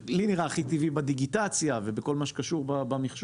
לי נראה הכי טבעי בדיגיטציה ובכל מה שקשור במחשוב.